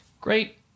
Great